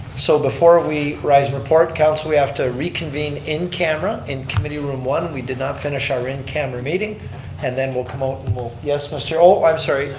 so before we rise and report, council, we have to reconvene in camera in committee room one. we did not finish our in-camera meeting and then we'll come out and we'll, yes, mister, oh, i'm sorry,